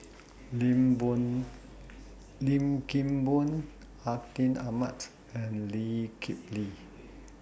Lim Boon Lim Kim Boon Atin Amat and Lee Kip Lee